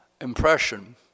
impression